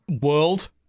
World